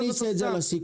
אנחנו נכניס את זה לסיכום.